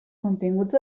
continguts